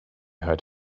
heard